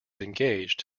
engaged